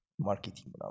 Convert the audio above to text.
Marketing